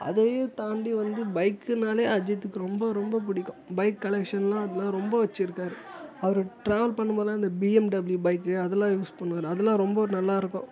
அதையும் தாண்டி வந்து பைக்குனாலே அஜித்துக்கு ரொம்ப ரொம்ப பிடிக்கும் பைக் கலெக்ஷன் எல்லாம் அதெலாம் ரொம்ப வச்சுருக்காரு அவர் ட்ராவல் பண்ணும் போதெல்லாம் இந்த பிஎம்டபில்யு பைக்கு அதெல்லாம் யூஸ் பண்ணுவார் அதெல்லாம் ரொம்ப நல்லா இருக்கும்